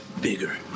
bigger